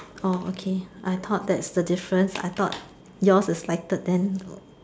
orh okay I thought that's the difference I thought yours is lighted then